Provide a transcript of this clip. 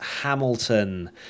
Hamilton